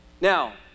Now